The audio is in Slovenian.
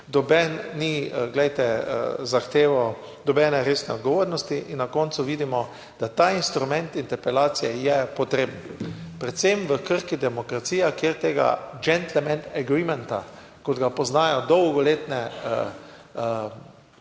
zahteval nobene resne odgovornosti, in na koncu vidimo, da ta instrument interpelacije je potreben predvsem v Krki, demokracija, kjer tega "gentleman egreement", kot ga poznajo dolgoletne